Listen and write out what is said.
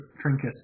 trinket